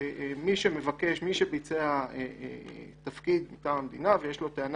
שמי שביצע תפקיד מטעם המדינה ויש לו טענה